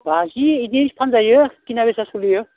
बाजि इदि फानजायो खिना बिसा सलियो